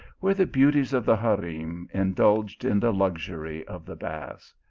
where the beauties of the harem indulged in the luxury of the baths.